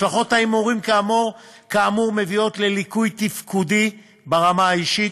השלכות ההימורים כאמור מביאות לליקוי תפקודי ברמה אישית,